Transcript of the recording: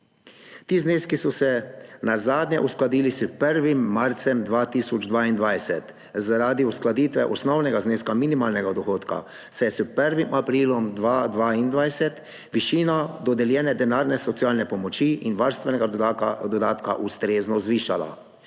Ti zneski so se nazadnje uskladili s 1. marcem 2022. Zaradi uskladitve osnovnega zneska minimalnega dohodka se je s 1. aprilom 2022 višina dodeljene denarne socialne pomoči in varstvenega dodatka ustrezno zvišala.